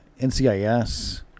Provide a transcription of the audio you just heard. NCIS